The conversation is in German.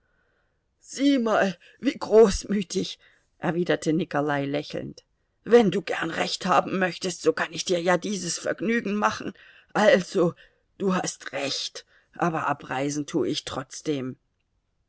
sieh mal wie großmütig erwiderte nikolai lächelnd wenn du gern recht haben möchtest so kann ich dir ja dieses vergnügen machen also du hast recht aber abreisen tue ich trotzdem